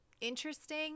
interesting